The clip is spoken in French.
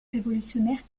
révolutionnaire